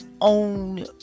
own